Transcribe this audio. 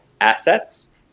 assets